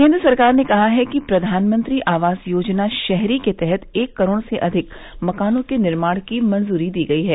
केन्द्र सरकार ने कहा है कि प्रधानमंत्री आवास योजना शहरी के तहत एक करोड़ से अधिक मकानों के निर्माण की मंजूरी दी गई है